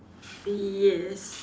yes